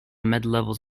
midlevels